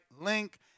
link